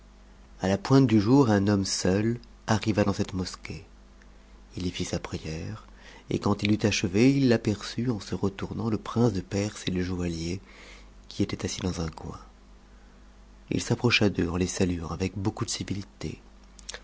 a la pointe du jour un homme seul arriva dans cette mosquée il y fit sa prière et quand il eut achevé il aperçut en se retournant le prince de perse et le joaillier qui étaient assis dans un coin il s'approcha d'eux en tes satuant avec beaucoup de civilité